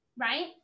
right